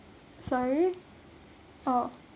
sorry oh